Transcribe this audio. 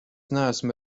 neesmu